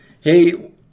Hey